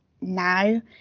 now